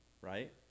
Right